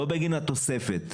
לא בגין התוספת.